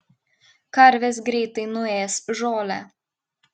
karvės greitai nuės žolę